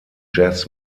jazz